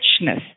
richness